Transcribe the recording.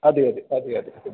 അതെയതെ അതെയതെ